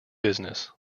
business